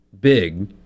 Big